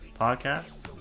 podcast